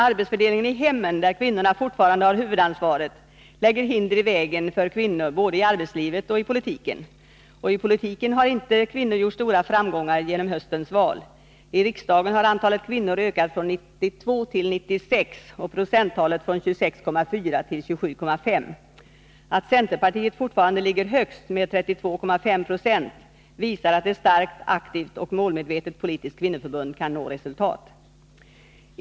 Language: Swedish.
Arbetsfördelningen i hemmen, där kvinnorna fortfarande har huvudansvaret, lägger hinder i vägen för kvinnor både i arbetslivet och i politiken. Ochi politiken har inte kvinnorna nått stora framgångar genom höstens val. I riksdagen har antalet kvinnor ökat från 92 till 96 och procenttalet från 26,4 till 27,5. Att centerpartiet fortfarande ligger högst med 32,5 90 visar att ett starkt, aktivt och målmedvetet politiskt kvinnoförbund kan nå resultat.